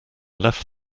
left